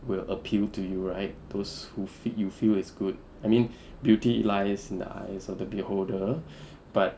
will appeal to you right those who feel you feel is good I mean beauty lies in the eyes of the beholder but